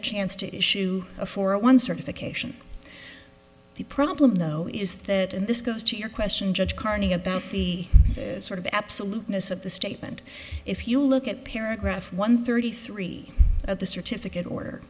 a chance to issue a for a one certification the problem though is that and this goes to your question judge carney about the sort of absoluteness of the statement if you look at paragraph one thirty three of the certificate or